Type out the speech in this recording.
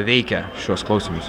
veikia šiuos klausymus